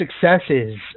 successes